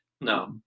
No